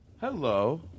Hello